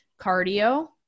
Cardio